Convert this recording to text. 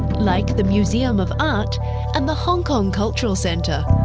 like the museum of art and the hong kong cultural centre.